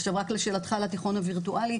עכשיו רק לשאלתך על התיכון הווירטואלי,